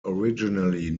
originally